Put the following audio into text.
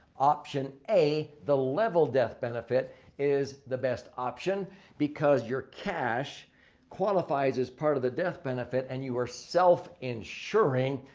option a the level death benefit is the best option because your cash qualifies as part of the death benefit and you are self ensuring.